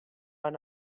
van